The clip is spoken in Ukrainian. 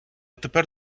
тепер